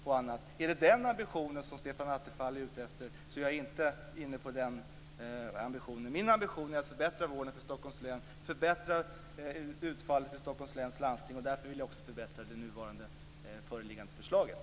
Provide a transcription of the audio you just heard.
Om Stefan Attefall menar den ambitionen kan jag säga att jag inte är inne på den. Min ambition är att man skall förbättra vården för Stockholms län och förbättra utfallet för Stockholms läns landsting. Därför vill jag också förbättra det föreliggande förslaget.